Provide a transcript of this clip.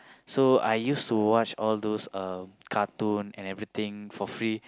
so I used to watch all those uh cartoon and everything for free